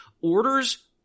orders